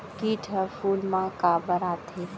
किट ह फूल मा काबर आथे?